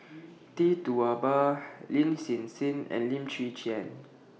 Tee Tua Ba Lin Hsin Hsin and Lim Chwee Chian